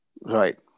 right